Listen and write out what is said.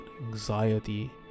anxiety